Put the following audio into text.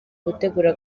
gutegura